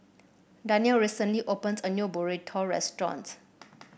Darnell recently opened a new Burrito Restaurant